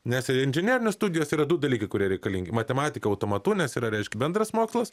nes į inžinerijos studijas yra du dalykai kurie reikalingi matematika automatu nes yra reiškia bendras mokslas